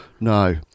No